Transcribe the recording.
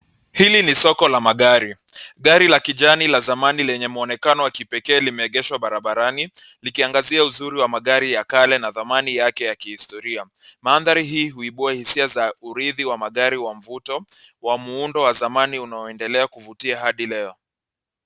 Hili ni soko la magari. Gari la kijani la zamani lenye muonekano wa kipekee limeegeshwa barabarani likiangazia uzuri wa magari ya kale na dhamani yake ya kihistoria. Mandhari hii huibua hisia za uridhi wa magari wa mvuto wa muundo wa zamani unaoendelea kuvutia hadi leo.